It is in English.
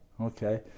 Okay